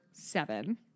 Seven